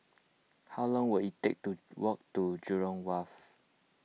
how long will it take to walk to Jurong Wharf